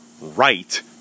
right